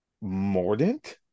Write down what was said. Mordant